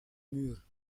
muur